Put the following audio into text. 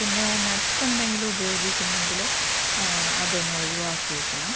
പിന്നെ നട്ട്സെന്തെങ്കിലും ഉപയോഗിക്കുന്നെങ്കിൽ ആ അതൊന്നൊഴിവാക്കിയേക്കണം